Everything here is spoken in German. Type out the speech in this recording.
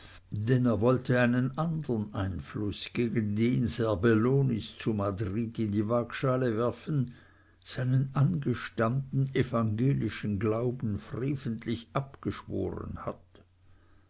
er wollte einen andern einfluß gegen den serbellonis zu madrid in die waagschale werfen seinen angestammten evangelischen glauben freventlich abgeschworen hat